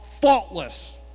faultless